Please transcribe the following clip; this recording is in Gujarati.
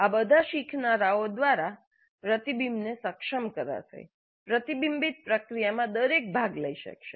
આ બધા શીખનારાઓ દ્વારા પ્રતિબિંબને સક્ષમ કરાશે પ્રતિબિંબિત પ્રક્રિયામાં દરેક ભાગ લઈ શકશે